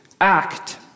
act